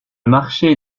marché